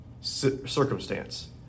circumstance